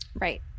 Right